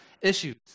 issues